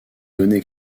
données